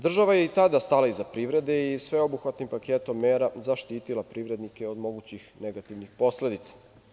Država je i tada stala iza privrede i sveobuhvatnim paketom mera zaštitila privrednike od mogućih negativnih posledica.